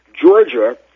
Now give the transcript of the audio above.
Georgia